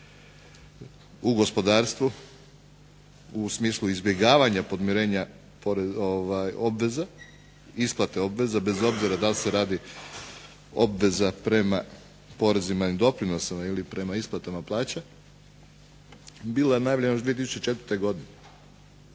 u gospodarstvu, u smislu izbjegavanja podmirenja obveza, isplate obveza, bez obzira da li se radi obveza prema porezima i doprinosima, ili prema isplatama plaća, bila najavljena još 2004. godine,